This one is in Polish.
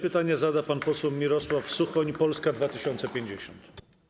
Pytanie zada pan poseł Mirosław Suchoń, Polska 2050.